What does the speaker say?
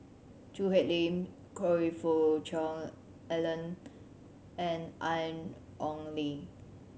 Choo Hwee Lim Choe Fook Cheong Alan and Ian Ong Li